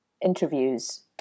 interviews